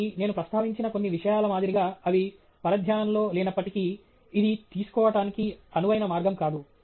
కాబట్టి నేను ప్రస్తావించిన కొన్ని విషయాల మాదిరిగా అవి పరధ్యానంలో లేనప్పటికీ ఇది తీసుకోవటానికి అనువైన మార్గం కాదు